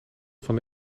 van